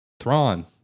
Thrawn